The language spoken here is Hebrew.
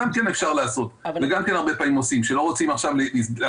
עושים את זה הרבה פעמים,